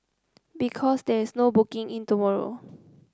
because there's no booking in tomorrow